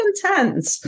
content